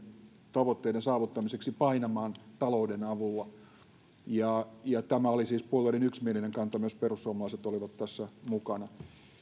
tavoitteiden saavuttamiseksi painamaan talouden avulla tämä oli siis puolueiden yksimielinen kanta myös perussuomalaiset olivat tässä mukana